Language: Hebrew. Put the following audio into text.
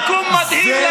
סיכום מדהים לדיון.